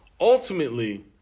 Ultimately